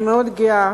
אני מאוד גאה